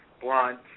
Blunt